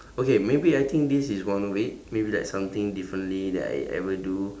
okay maybe I think this is one way maybe like something differently that I ever do